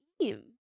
team